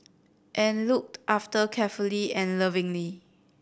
and looked after carefully and lovingly